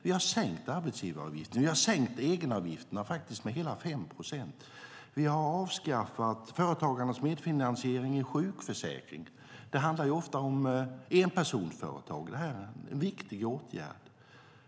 Vi har sänkt arbetsgivaravgiften. Vi har sänkt egenavgifterna med hela 5 procent. Vi har avskaffat företagarnas medfinansiering i sjukförsäkringen - här handlar det ofta om enpersonsföretag - som är en viktig åtgärd.